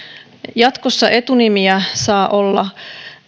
jatkossa etunimiä saa olla